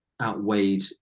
outweighed